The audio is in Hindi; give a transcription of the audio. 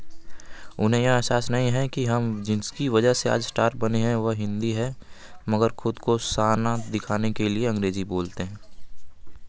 उन्हें यह एहसास नहीं है कि हम जिसकी वजह से आज स्टार बने हैं वह हिंदी है मगर खुद को साना दिखाने के लिए अंग्रेजी बोलते हैं